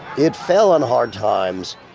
it fell on hard times,